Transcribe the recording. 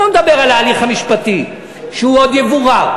אני לא מדבר על ההליך המשפטי שהוא עוד יבורר.